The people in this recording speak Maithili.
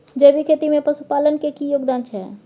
जैविक खेती में पशुपालन के की योगदान छै?